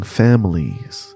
families